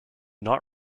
not